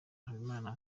habimana